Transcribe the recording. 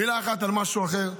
מילה אחת על משהו אחר.